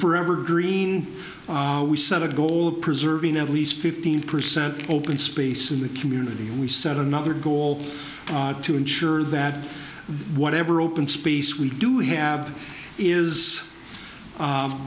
forever green we set a goal of preserving at least fifteen percent open space in the community and we set another goal to ensure that whatever open space we do have is